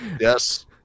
Yes